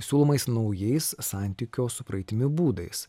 siūlomais naujais santykio su praeitimi būdais